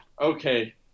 okay